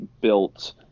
built